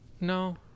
No